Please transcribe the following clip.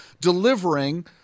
delivering